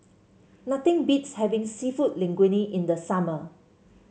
nothing beats having seafood Linguine in the summer